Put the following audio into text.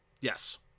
Yes